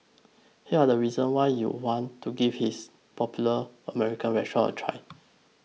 here are the reasons why you want to give this popular American restaurant a try